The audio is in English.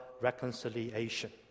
reconciliation